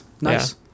nice